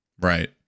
right